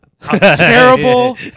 terrible